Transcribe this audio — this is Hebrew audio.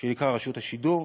שנקרא רשות השידור,